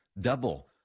Double